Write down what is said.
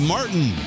Martin